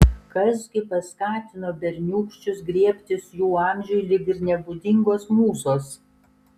kas gi paskatino berniūkščius griebtis jų amžiui lyg ir nebūdingos mūzos